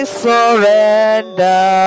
surrender